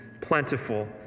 plentiful